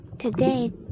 Today